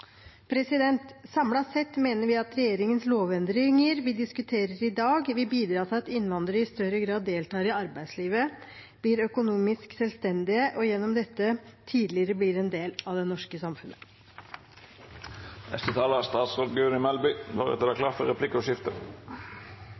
sett mener vi at de lovendringene fra regjeringen som vi diskuterer i dag, vil bidra til at innvandrere i større grad deltar i arbeidslivet, blir økonomisk selvstendige og gjennom det tydeligere blir en del av det norske